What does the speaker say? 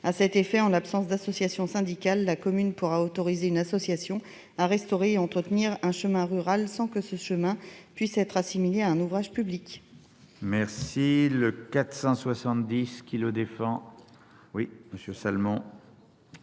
À cet effet, en l'absence d'association syndicale, la commune pourra autoriser une association à restaurer et entretenir un chemin rural sans que ce chemin puisse être assimilé à un ouvrage public. L'amendement n° 470, présenté par MM.